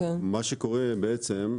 מה שקורה בעצם,